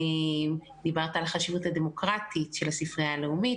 דיברת על החשיבות הדמוקרטית של הספרייה הלאומית